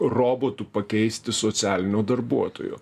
robotu pakeisti socialinio darbuotojo